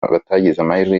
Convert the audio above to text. amahirwe